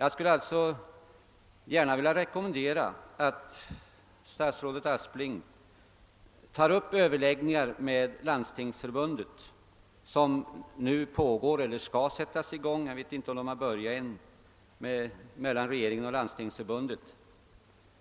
Jag skulle vilja rekommendera statsrådet Aspling att vid de överläggningar mellan regeringen och Landstingförbundet, som nu pågår eller skall startas, inte bara